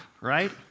right